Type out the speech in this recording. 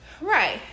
Right